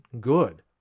good